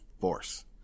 Force